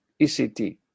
ECT